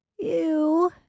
Ew